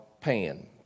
Pan